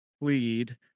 plead